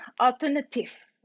alternative